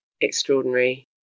extraordinary